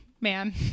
man